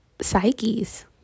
psyches